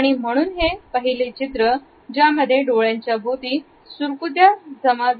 आणि म्हणून हे पहिले चित्र ज्यामध्ये डोळ्यांच्या भोवती सुरकुत्या जमा करतात